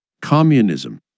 Communism